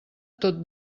tot